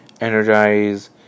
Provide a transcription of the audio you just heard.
energize